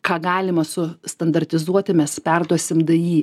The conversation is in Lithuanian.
na ką galima su standartizuoti mes perduosim di